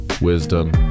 wisdom